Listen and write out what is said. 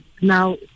Now